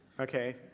Okay